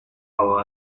our